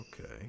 okay